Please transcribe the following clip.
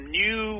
new